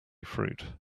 fruit